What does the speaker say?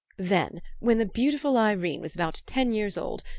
then, when the beautiful irene was about ten years old,